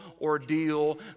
ordeal